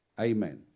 Amen